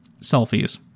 Selfies